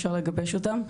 אפשר לגבש אותם.